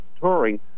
touring